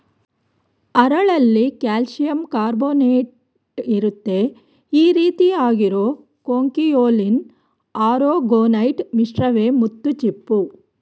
ಹರಳಲ್ಲಿ ಕಾಲ್ಶಿಯಂಕಾರ್ಬೊನೇಟ್ಇರುತ್ತೆ ಈರೀತಿ ಆಗಿರೋ ಕೊಂಕಿಯೊಲಿನ್ ಆರೊಗೊನೈಟ್ ಮಿಶ್ರವೇ ಮುತ್ತುಚಿಪ್ಪು